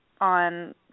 on